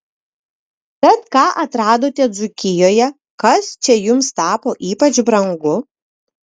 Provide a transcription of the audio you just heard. tad ką atradote dzūkijoje kas čia jums tapo ypač brangu